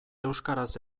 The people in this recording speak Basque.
euskaraz